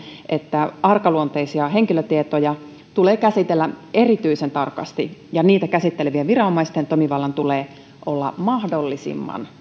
että arkaluonteisia henkilötietoja tulee käsitellä erityisen tarkasti ja niitä käsittelevien viranomaisten toimivallan tulee olla mahdollisimman